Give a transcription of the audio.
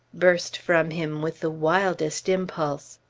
burst from him with the wildest impulse.